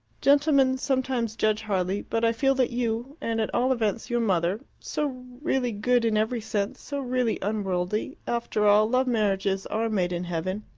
gentlemen sometimes judge hardly. but i feel that you, and at all events your mother so really good in every sense, so really unworldly after all, love-marriages are made in heaven.